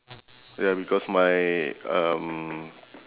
ya because my um